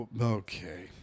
Okay